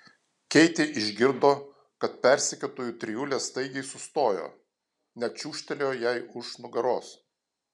keitė išgirdo kad persekiotojų trijulė staigiai sustojo net čiūžtelėjo jai už nugaros